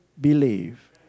believe